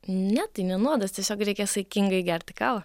ne tai ne nuodas tiesiog reikia saikingai gerti kavą